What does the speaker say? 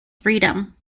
freedom